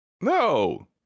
No